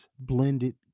blended